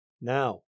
Now